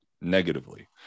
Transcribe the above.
negatively